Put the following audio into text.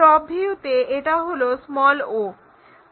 top ভিউতে এটা হলো o